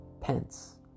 Pence